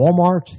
Walmart